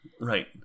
Right